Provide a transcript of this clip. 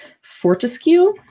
Fortescue